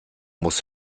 muss